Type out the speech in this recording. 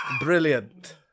Brilliant